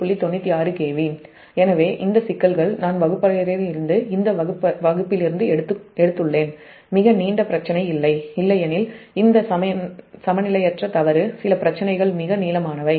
96 KV எனவே இந்த சிக்கல்கள் நான் இந்த வகுப்பிலிருந்து எடுத்துள்ளேன் மிக நீண்ட பிரச்சினை இல்லை இல்லையெனில் இந்த சமநிலையற்ற தவறு சில பிரச்சினைகள் மிக நீளமானவை